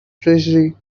treasury